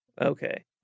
okay